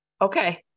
Okay